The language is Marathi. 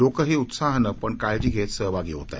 लोकही उत्साहानं पण काळजी घेत सहभागी होत आहेत